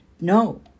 no